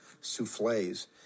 souffles